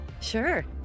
Sure